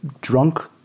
drunk